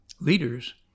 leaders